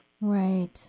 Right